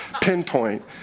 pinpoint